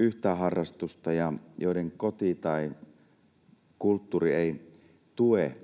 yhtään harrastusta ja joiden koti tai kulttuuri ei tue